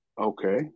okay